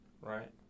Right